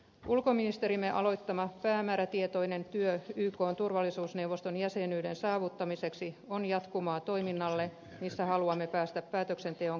ulkoministerimme aloittama päämäärätietoinen työ ykn turvallisuusneuvoston jäsenyyden saavuttamiseksi on jatkumoa toiminnalle missä haluamme päästä päätöksenteon keskiöön